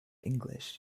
english